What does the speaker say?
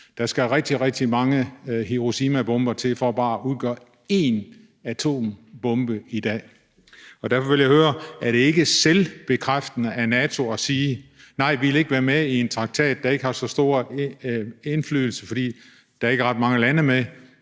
Der skal rigtig, rigtig mange Hiroshimabomber til for bare at udgøre én atombombe i dag. Derfor vil jeg høre: Er det ikke en selvopfyldende profeti, når NATO siger: Nej, vi vil ikke være med i en traktat, der ikke har så stor indflydelse, fordi der ikke er ret mange lande med?